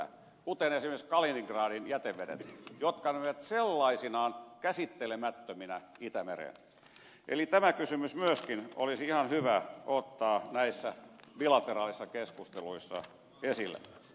ja esimerkiksi kysymys kaliningradin jätevesistä jotka menevät sellaisinaan käsittelemättöminä itämereen myöskin olisi ihan hyvä ottaa näissä bilateraalisissa keskusteluissa esille